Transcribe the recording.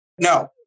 No